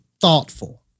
thoughtful